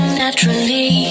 naturally